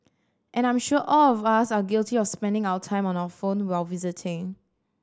and I'm sure all of us are guilty of spending our time on our phone while visiting